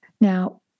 Now